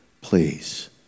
Please